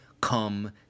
come